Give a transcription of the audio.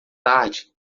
tarde